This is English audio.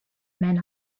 men